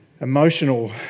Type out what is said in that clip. emotional